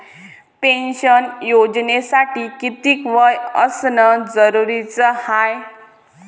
Pension योजनेसाठी कितीक वय असनं जरुरीच हाय?